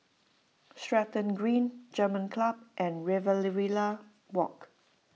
Stratton Green German Club and Riverina Walk